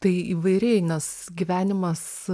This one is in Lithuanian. tai įvairiai nes gyvenimas